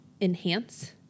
enhance